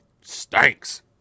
stinks